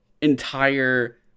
entire